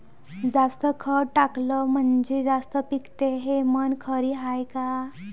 जास्त खत टाकलं म्हनजे जास्त पिकते हे म्हन खरी हाये का?